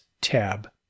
tab